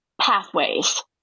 pathways